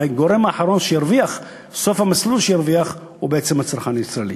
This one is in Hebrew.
הגורם האחרון שירוויח בסוף המסלול הוא בעצם הצרכן הישראלי.